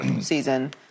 season